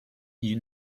you